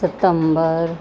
September